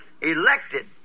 Elected